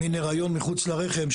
מין הריון מחוץ לרחם,